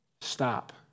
stop